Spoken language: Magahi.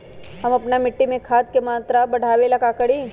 हम अपना मिट्टी में खाद के मात्रा बढ़ा वे ला का करी?